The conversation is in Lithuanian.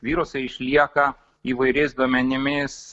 virusai išlieka įvairiais duomenimis